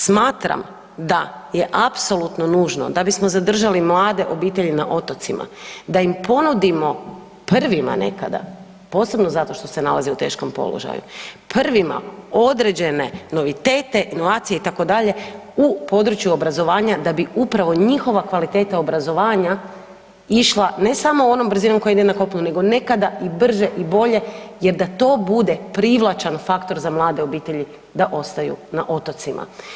Smatram da je apsolutno nužno da bismo zadržali mlade obitelji na otocima da im ponudimo prvima nekada posebno zato što se nalaze u teškom položaju, prvima određene novitete, inovacije itd., u području obrazovanja da bi upravo njihova kvaliteta obrazovanja išla ne samo onom brzinom kojom ide na kopnu nego nekada i brže i bolje jer da to bude privlačan faktor za mlade obitelji da ostaju na otocima.